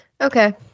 Okay